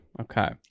Okay